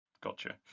Gotcha